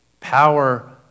Power